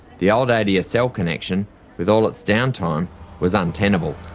the old adsl connection with all its down-time was untenable.